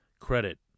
credit